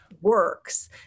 works